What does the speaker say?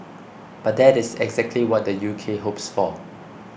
but that is exactly what the U K hopes for